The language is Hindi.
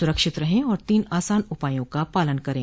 सुरक्षित रहें और तीन आसान उपायों का पालन करें